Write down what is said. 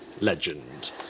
legend